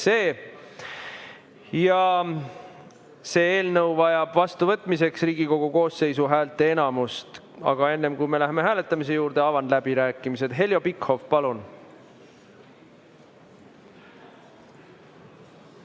See eelnõu vajab vastuvõtmiseks Riigikogu koosseisu häälteenamust. Aga enne, kui me läheme hääletamise juurde, avan läbirääkimised. Heljo Pikhof, palun!